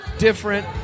Different